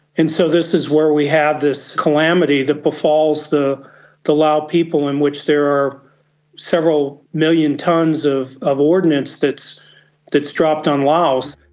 and so this is where we have this calamity that befalls the the lao people in which there are several million tonnes of of ordinance that is dropped on laos.